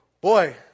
boy